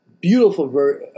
Beautiful